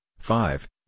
Five